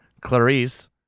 Clarice